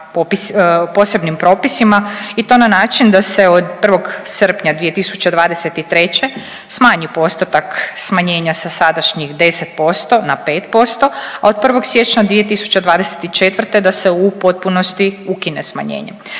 posebnim propisima i to na način da se od 1. srpnja 2023. smanji postotak smanjenja sa sadašnjih 10% na 5%, a od 1. siječnja 2024. da se u potpunosti ukine smanjenje.